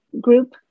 group